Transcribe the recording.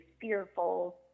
fearful